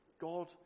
God